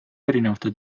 erinevate